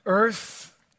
Earth